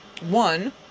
One